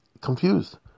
confused